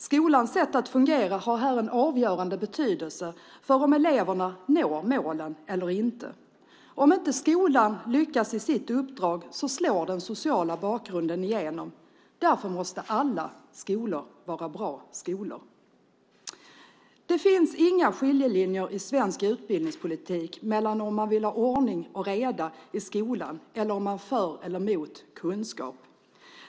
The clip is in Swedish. Skolans sätt att fungera har här en avgörande betydelse för om eleverna når målen eller inte. Om inte skolan lyckas i sitt uppdrag slår den sociala bakgrunden igenom. Därför måste alla skolor vara bra skolor. Det finns inga skiljelinjer i svensk utbildningspolitik mellan om man vill ha ordning och reda i skolan eller om man är för eller emot kunskap.